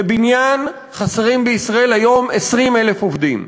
בבניין חסרים בישראל היום 20,000 עובדים,